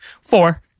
four